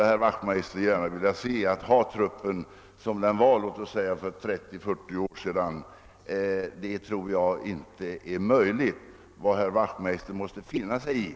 Vad herr Wachtmeister måste finna sig i är dock att, även om uppträdandet inte är precis detsamma som tidigare, är handlandet, kunnandet och viljan kanske till och med bättre än tidigare.